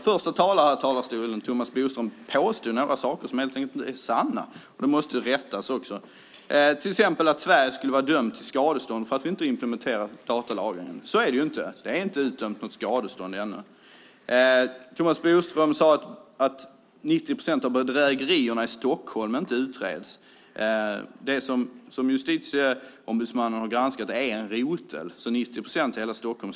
Första talaren här i talarstolen, Thomas Bodström, påstod några saker som helt enkelt inte är sanna och måste rättas till. Sverige skulle vara dömt till skadestånd för att vi inte implementerat datalagringsdirektivet. Så är det inte. Det har inte utdömts något skadestånd ännu. Thomas Bodström sade att 90 procent av bedrägerierna i Stockholm inte utreds. Det som Justitieombudsmannen har granskat är en rotel, så det stämmer inte att det är 90 procent i hela Stockholm.